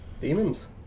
Demons